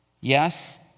Yes